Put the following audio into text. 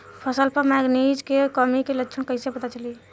फसल पर मैगनीज के कमी के लक्षण कईसे पता चली?